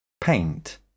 Paint